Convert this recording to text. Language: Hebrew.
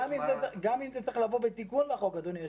גם אם זה צריך לבוא בתיקון לחוק, אדוני היושב-ראש,